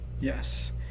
Yes